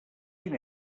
quin